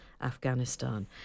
Afghanistan